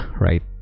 right